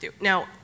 now